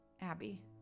Abby